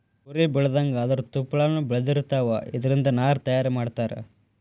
ಕುರಿ ಬೆಳದಂಗ ಅದರ ತುಪ್ಪಳಾನು ಬೆಳದಿರತಾವ, ಇದರಿಂದ ನಾರ ತಯಾರ ಮಾಡತಾರ